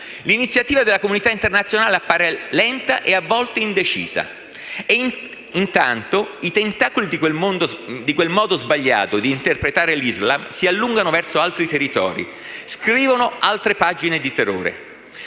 l'iniziativa della comunità internazionale appare lenta e a volte indecisa e intanto i tentacoli di quel modo sbagliato di interpretare l'Islam si allungano verso altri territori, scrivono altre pagine di terrore.